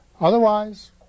Otherwise